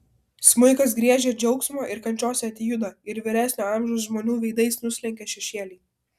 smuikas griežia džiaugsmo ir kančios etiudą ir vyresnio amžiaus žmonių veidais nuslenka šešėliai